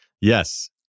Yes